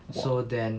so then